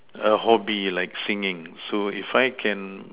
a hobby like singing so if I can